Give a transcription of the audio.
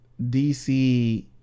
DC